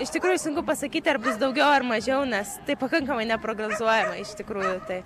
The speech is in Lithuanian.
iš tikrųjų sunku pasakyti ar bus daugiau ar mažiau nes pakankamai neprognozuojama iš tikrųjų tai